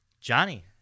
Johnny